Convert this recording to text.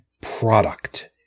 product